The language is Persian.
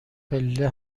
پله